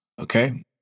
okay